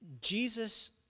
Jesus